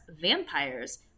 vampires